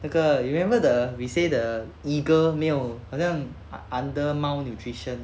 那个 you remember the we say the eagle meal 好像 un~ under malnutrition